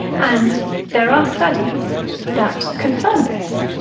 and there are studies that confirm this.